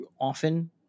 often